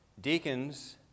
deacons